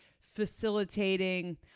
facilitating